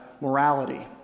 morality